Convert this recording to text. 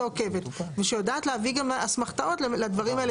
שעוקבת ושיודעת להביא גם אסמכתאות לדברים האלה